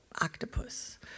octopus